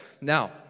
Now